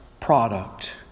product